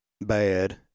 bad